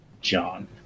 John